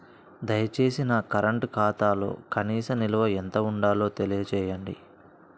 దయచేసి నా కరెంటు ఖాతాలో కనీస నిల్వ ఎంత ఉండాలో తెలియజేయండి